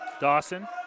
Dawson